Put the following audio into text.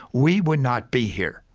we would not be here.